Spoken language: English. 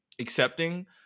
accepting